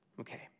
Okay